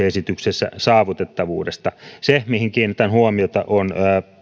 esityksessä saavutettavuudesta se mihin kiinnitän huomiota on